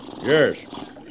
yes